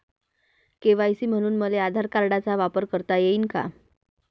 KYC म्हनून मले आधार कार्डाचा वापर करता येईन का?